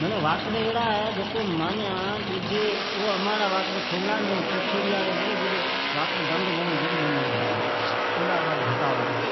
واٹر ایڑا ہے تو منا، ڈجی واٹر، امچا ایڑاجکا ھی جکو پچھڑی مین پانڑی کونی جا جڈ امچا واٹر بند کرون چھون ، جڈ جتی پچھڑیمین پانڑی پچھے جا چھے۔